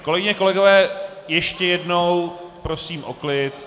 Kolegyně, kolegové, ještě jednou prosím o klid.